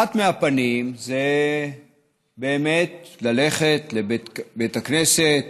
אחת הפנים היא באמת ללכת לבית הכנסת,